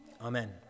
Amen